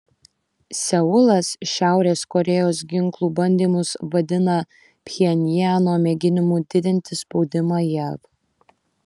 seulas šiaurės korėjos ginklų bandymus vadina pchenjano mėginimu didinti spaudimą jav